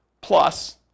Plus